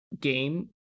game